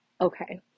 okay